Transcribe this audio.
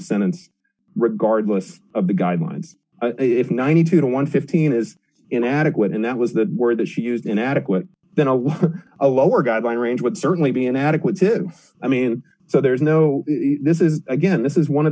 sentence regardless of the guidelines if ninety two to one hundred and fifteen is inadequate and that was the word that she used in adequate a lower guideline range would certainly be an adequate if i mean so there's no this is again this is one of